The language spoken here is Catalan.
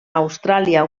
austràlia